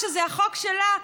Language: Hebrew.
שזה החוק שלה,